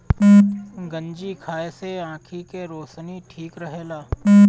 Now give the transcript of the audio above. गंजी खाए से आंखी के रौशनी ठीक रहेला